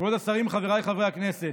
כבוד השרים, חברים חברי הכנסת,